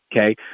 okay